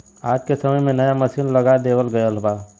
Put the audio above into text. आज के समय में नया मसीन लगा देवल गयल बा